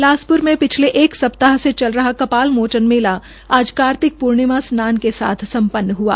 बिलासपुर में पिछले एक सप्ताह से चल रहा कपाल मोचन मेला आज कार्तिक पूर्णिमा स्नान के साथ सम्पन्न हुआ